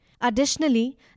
Additionally